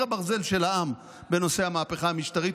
הברזל של העם בנושא המהפכה המשטרית,